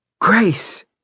Grace